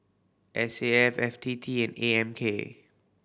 S A F F T T A M K